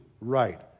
right